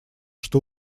что